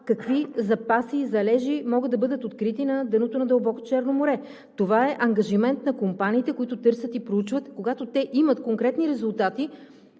какви запаси и залежи могат да бъдат открити на дъното на дълбоко Черно море. Това е ангажимент на компаниите, които търсят и проучват – когато те имат конкретни резултати,